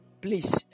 Please